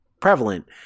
prevalent